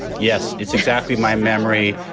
yes, it's exactly my memory.